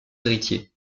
héritier